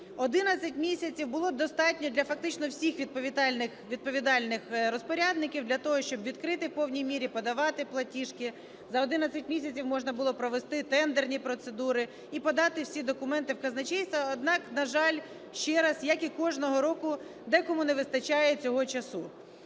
11 місяців було достатньо для фактично всіх відповідальних розпорядників для того, щоб відкрити в повній мірі, подавати платіжки. За 11 місяців можна було провести тендерні процедури і подати всі документи в казначейство. Однак, на жаль, ще раз, як і кожного року, декому не вистачає цього часу.